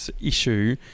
issue